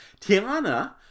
Tiana